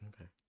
Okay